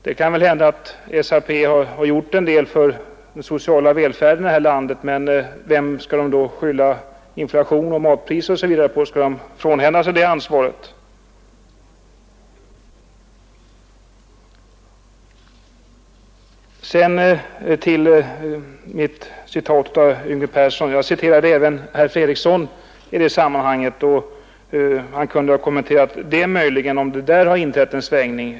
Det kan väl hända att SAP har gjort en del för den sociala välfärden i vårt land, men på vem skall man skylla inflationen och de höga matpriserna — tänker man frånhända sig ansvaret för detta? I samband med mitt citat av herr Yngve Persson refererade jag också herr Fredriksson, och han kunde ju här kommenterat om det hade inträffat en svängning i hans inställning.